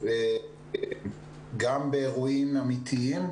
המנכ"ל הבטיח שיוקם אולפן אחד בצפון ודיבר גם על אולפן בנגב,